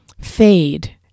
fade